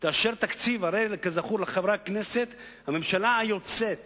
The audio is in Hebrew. ותאשר תקציב, כזכור לחברי הכנסת, הממשלה היוצאת